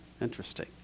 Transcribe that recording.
Interesting